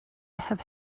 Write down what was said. have